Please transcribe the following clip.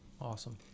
Awesome